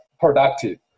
productive